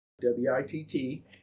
W-I-T-T